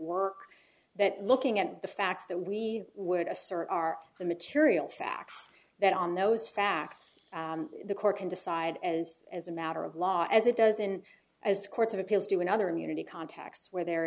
work that looking at the facts that we would assert are the material facts that on those facts the court can decide as as a matter of law as it does in as courts of appeals do in other immunity contexts where there